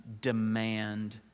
demand